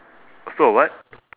stole a what